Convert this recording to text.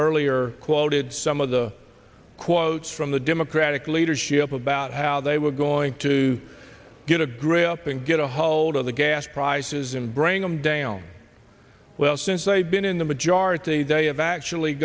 earlier quoted some of the quotes from the democratic leadership about how they were going to get a grip and get a hold of the gas prices and bring them down well since they've been in the majority they have actually